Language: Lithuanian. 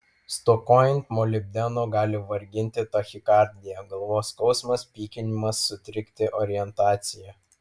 stokojant molibdeno gali varginti tachikardija galvos skausmas pykinimas sutrikti orientacija